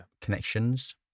connections